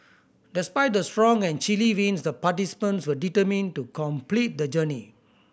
despite the strong and chilly winds the participants were determined to complete the journey